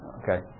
okay